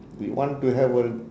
we want to have a